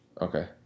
Okay